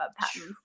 patents